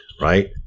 right